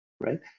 right